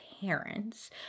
parents